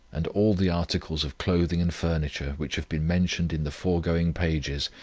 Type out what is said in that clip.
and all the articles of clothing and furniture, which have been mentioned in the foregoing pages,